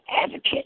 advocate